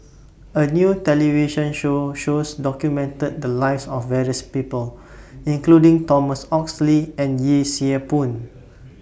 A New television Show shows documented The Lives of various People including Thomas Oxley and Yee Siew Pun